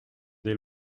des